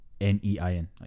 N-E-I-N